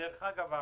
דרך אגב,